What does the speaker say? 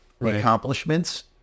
Accomplishments